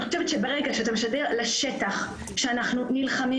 אני חושבת שברגע שאתה משדר לשטח שאנחנו נלחמים